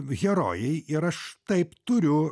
herojai ir aš taip turiu